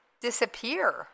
disappear